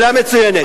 שאלה מצוינת.